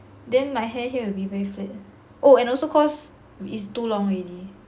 then my hair here will be very flat and also cause it's too long already